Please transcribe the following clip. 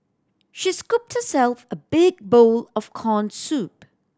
she scooped herself a big bowl of corn soup